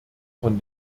von